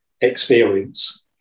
experience